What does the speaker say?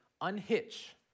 unhitch